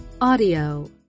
audio